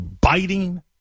biting